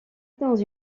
dans